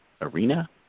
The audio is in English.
arena